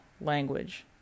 language